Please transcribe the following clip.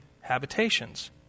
habitations